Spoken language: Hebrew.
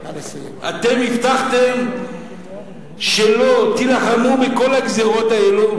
אתם הבטחתם שתילחמו בכל הגזירות האלה,